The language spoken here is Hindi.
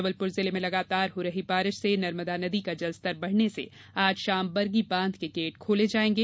जबलपुर जिले में लगातार हो रही बारिश से नर्मदा नदी का जलस्तर बढने से आज शाम बरगी बाँध के गेट खोले जायेंगे